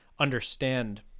understand